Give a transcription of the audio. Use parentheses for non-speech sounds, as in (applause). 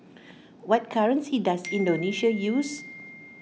what currency does (noise) Indonesia use